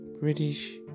British